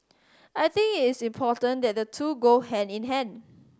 I think it is important that the two go hand in hand